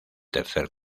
tercer